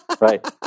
Right